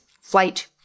flight